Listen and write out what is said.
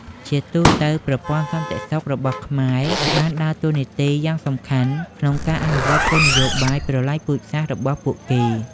ជាទូទៅ ប្រព័ន្ធសន្តិសុខរបស់ខ្មែរក្រហមបានដើរតួនាទីយ៉ាងសំខាន់ក្នុងការអនុវត្តគោលនយោបាយប្រល័យពូជសាសន៍របស់ពួកគេ។